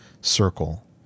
circle